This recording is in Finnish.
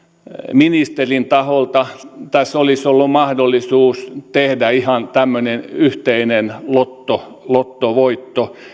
ministerin taholta tässä olisi ollut mahdollisuus tehdä ihan tämmöinen yhteinen lottovoitto